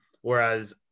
Whereas